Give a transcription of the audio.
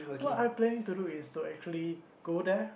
what I planning to do is to actually go there